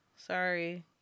Sorry